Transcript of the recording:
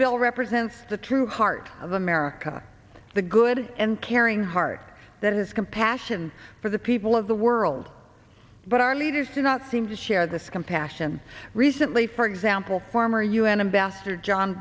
bill represents the true heart of america the good and caring heart that has compassion for the people of the world but our leaders do not seem to share this compassion recently for example former u n ambassador john